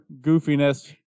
goofiness